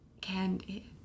Candy